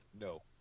No